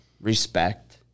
respect